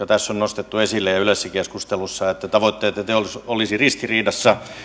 tässä on nostettu esille ja yleisessä keskustelussa on että tavoitteet ja teot olisivat ristiriidassa